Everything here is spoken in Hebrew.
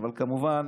אבל כמובן